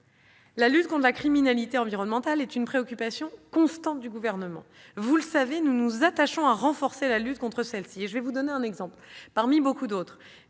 La lutte contre la criminalité environnementale est une préoccupation constante du Gouvernement. Vous le savez : nous nous appliquons à la renforcer. Je vais vous donner un exemple, parmi beaucoup d'autres-